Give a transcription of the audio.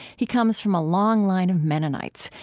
he comes from a long line of mennonites,